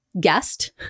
guest